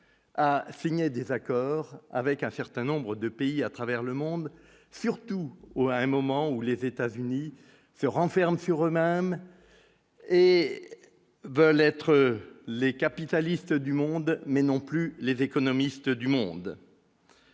à signé des accords avec un certain nombres de pays à travers le monde surtout à un moment où les États-Unis se renferment sur eux-mêmes et veulent être les capitalistes du monde mais non plus les économistes du monde.